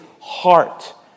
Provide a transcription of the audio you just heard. heart